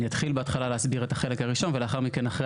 אני אתחיל בהתחלה להסביר את החלק הראשון ולאחר מכן אחרי